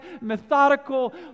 methodical